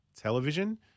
television